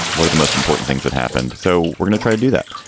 what are the most important things that happened? so we're gonna try to do that.